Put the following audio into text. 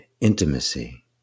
intimacy